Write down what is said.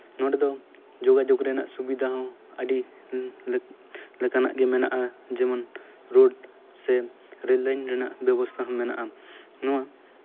ᱱᱚᱰᱮ ᱫᱚ ᱡᱳᱜᱟᱡᱳᱜᱽ ᱨᱮᱱᱟᱜ ᱥᱩᱵᱤᱷᱟ ᱦᱚᱸ ᱟᱹᱰᱤ ᱞᱮᱠᱟᱱᱟᱜ ᱜᱮ ᱢᱮᱱᱟᱜᱼᱟ ᱡᱮᱢᱚᱱ ᱨᱳᱰ ᱥᱮ ᱨᱮᱹᱞ ᱞᱟᱹᱭᱤᱱ ᱨᱮᱱᱟᱜ ᱵᱮᱵᱚᱥᱛᱷᱟ ᱦᱚᱸ ᱢᱮᱱᱟᱜᱼᱟ ᱱᱚᱣᱟ